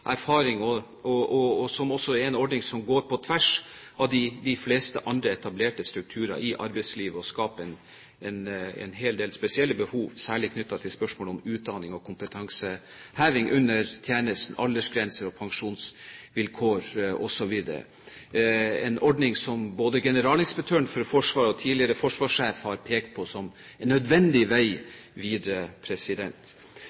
er en ordning som går på tvers av de fleste andre etablerte strukturer i arbeidslivet, og som skaper en hel del spesielle behov, særlig knyttet til spørsmål om utdanning og kompetanseheving under tjenesten, aldersgrenser og pensjonsvilkår osv. – en ordning som både generalinspektørene i Forsvaret og tidligere forsvarssjef har pekt på som en nødvendig